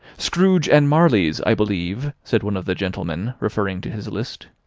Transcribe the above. scrooge and marley's, i believe, said one of the gentlemen, referring to his list.